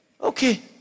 Okay